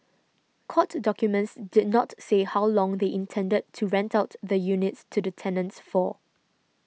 court documents did not say how long they intended to rent out the units to the tenants for